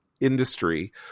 industry